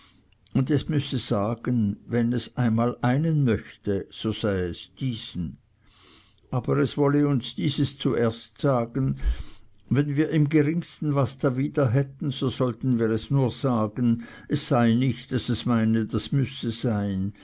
und es müsse es sagen wenn es einmal einen möchte so sei es diesen aber es wolle uns dieses zuerst sagen wenn wir im geringsten etwas dawider hatten so sollten wir es nur sagen es sei nicht daß es meine das müsse sein